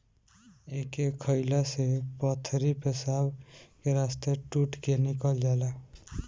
एके खाएला से पथरी पेशाब के रस्ता टूट के निकल जाला